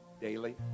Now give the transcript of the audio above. daily